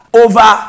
over